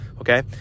Okay